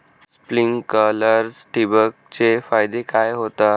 Sprinklers ठिबक चे फायदे काय होतात?